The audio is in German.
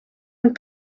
und